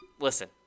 Listen